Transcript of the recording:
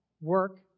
work